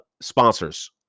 Sponsors